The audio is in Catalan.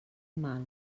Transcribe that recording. mal